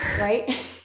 right